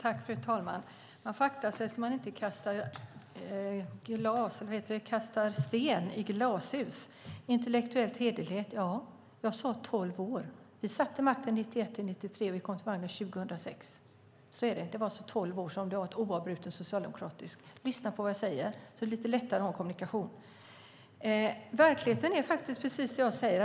Fru talman! Man får akta sig så att man inte kastar sten i glashus. Intellektuell hederlighet, ja. Jag sade tolv år. Vi satt vid makten 1991-1994, och vi kom tillbaka 2006. Det var alltså tolv år som det var ett oavbrutet socialdemokratiskt regeringsinnehav. Lyssna på vad jag säger! Det är lättare att ha en kommunikation då. Verkligheten är faktiskt precis den jag säger.